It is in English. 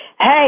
Hey